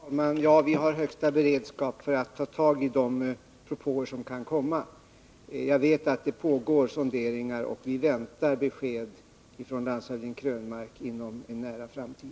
Herr talman! Vi har högsta beredskap för att ta tag i de propåer som kan komma. Jag vet att det pågår sonderingar, och vi väntar besked från landshövding Eric Krönmark inom en nära framtid.